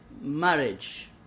marriage